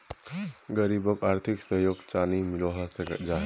गरीबोक आर्थिक सहयोग चानी मिलोहो जाहा?